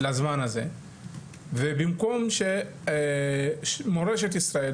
לזמן הזה ובמקום שמורשת ישראל,